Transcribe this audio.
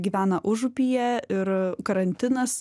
gyvena užupyje ir karantinas